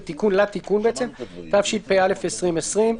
(תיקון), התשפ"א-2020.